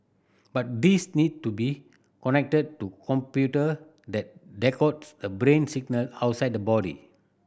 but these need to be connected to computer that decodes the brain signal outside the body